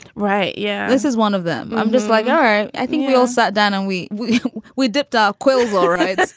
right? yeah. this is one of them. i'm just like, ah. i think we all sat down and we we dipped our quills. all right.